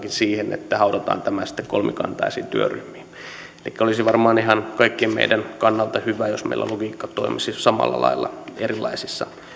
siihen että haudataan tämä sitten kolmikantaisiin työryhmiin elikkä olisi varmaan ihan kaikkien meidän kannalta hyvä jos meillä logiikka toimisi samalla lailla erilaisissa